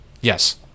Yes